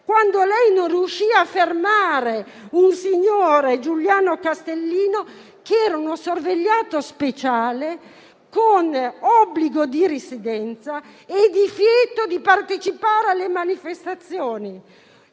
CGIL, lei non riuscì a fermare un signore, Giuliano Castellino, che era un sorvegliato speciale con obbligo di residenza e divieto di partecipare alle manifestazioni.